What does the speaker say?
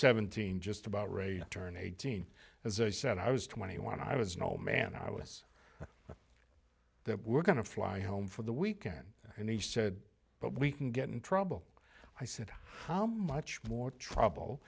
seventeen just about ray turned eighteen as i said i was twenty one i was an old man i was that we're going to fly home for the weekend and he said but we can get in trouble i said how much more trouble